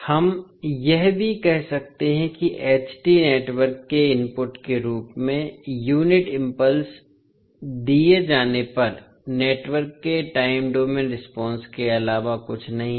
हम यह भी कह सकते हैं कि नेटवर्क के इनपुट के रूप में यूनिट इंपल्स दिए जाने पर नेटवर्क के टाइम डोमेन रिस्पांस के अलावा कुछ नहीं है